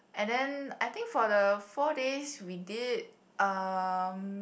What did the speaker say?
and then I think for the four days we did um